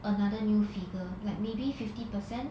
another new figure like maybe fifty percent